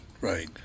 Right